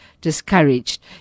discouraged